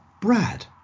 Brad